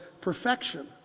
perfection